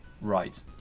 Right